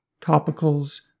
topicals